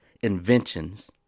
inventions